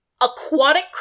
aquatic